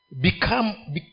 become